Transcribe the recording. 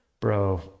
Bro